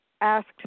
asked